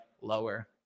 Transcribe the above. lower